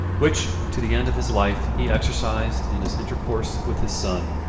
which to the end of his life he exercised in his intercourse with his son,